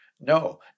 No